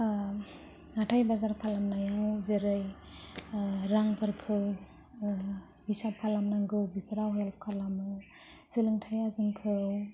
हाथाइ बाजार खालामनायाव जेरै रांफोरखौ हिसाब खालामनांगौ बेफोराव हेल्प खालामो सोलोंथाया जोंखौ